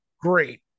great